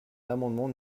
l’amendement